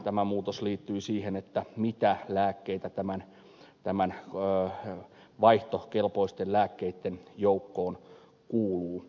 tämä muutos liittyi siihen mitä lääkkeitä vaihtokelpoisten lääkkeitten joukkoon kuuluu